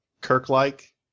Kirk-like